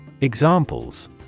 Examples